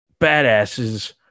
Badasses